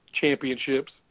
championships